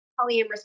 polyamorous